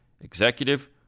executive